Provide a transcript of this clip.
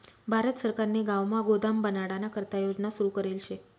भारत सरकारने गावमा गोदाम बनाडाना करता योजना सुरू करेल शे